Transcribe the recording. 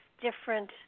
different